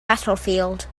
battlefield